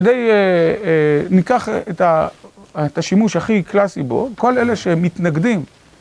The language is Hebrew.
הרי ניקח את השימוש הכי קלאסי בו, כל אלה שמתנגדים